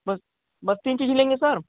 ब बत्ती कीज लेंगे सर